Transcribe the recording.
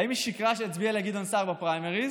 האם היא שיקרה שהצביעה לגדעון סער בפריימריז,